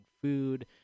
food